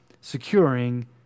securing